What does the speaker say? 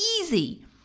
easy